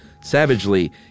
Savagely